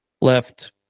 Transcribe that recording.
Left